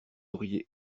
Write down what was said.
auriez